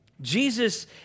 Jesus